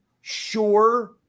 sure